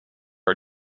are